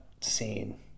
scene